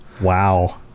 wow